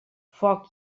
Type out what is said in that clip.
foc